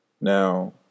Now